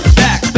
back